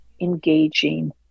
engaging